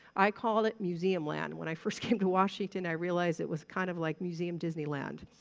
i called it museum land when i first came to washington. i realized it was kind of like museum disneyland.